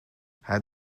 hij